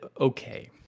okay